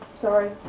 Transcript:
Sorry